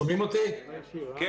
שומעים אותך היטב.